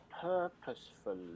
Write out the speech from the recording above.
purposefully